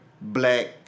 black